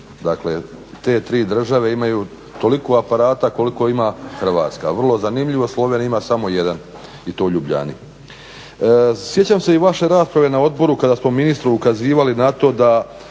Dakle, te tri države imaju toliko aparata koliko ima Hrvatska. Vrlo zanimljivo. Slovenija ima samo jedan i to u Ljubljani. Sjećam se i vaše rasprave na Odboru kada smo ministru ukazivali na to da